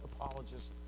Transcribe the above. apologists